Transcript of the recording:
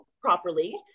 properly